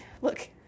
look